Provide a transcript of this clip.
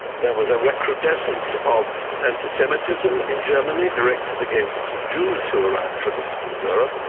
there was a recrudescence of anti-semitism in germany directed against jews who arrived from eastern europe.